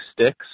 sticks